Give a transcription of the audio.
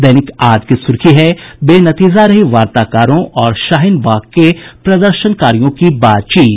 दैनिक आज की सुर्खी है बेनतीजा रही वार्ताकारों और शाहीन बाग के प्रदर्शनकारियों की बातचीत